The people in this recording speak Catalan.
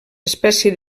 espècie